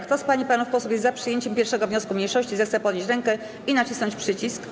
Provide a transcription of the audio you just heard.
Kto z pań i panów posłów jest za przyjęciem 1. wniosku mniejszości, zechce podnieść rękę i nacisnąć przycisk.